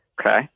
Okay